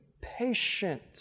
patient